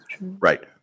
Right